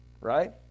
right